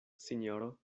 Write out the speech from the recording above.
sinjoro